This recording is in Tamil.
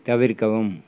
தவிர்க்கவும்